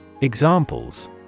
Examples